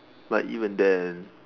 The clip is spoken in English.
but even then